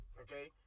Okay